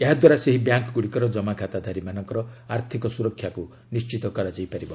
ଏହାଦ୍ୱାରା ସେହି ବ୍ୟାଙ୍କ୍ଗୁଡ଼ିକର ଜମାଖାତାଧାରୀମାନଙ୍କ ଆର୍ଥିକ ସୁରକ୍ଷା ନିଶ୍ଚିତ ହୋଇପାରିବ